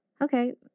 okay